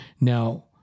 Now